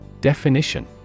Definition